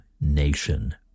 nation